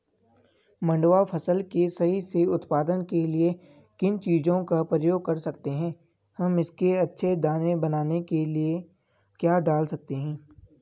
मंडुवा फसल के सही से उत्पादन के लिए किन चीज़ों का प्रयोग कर सकते हैं हम इसके अच्छे दाने बनाने के लिए क्या डाल सकते हैं?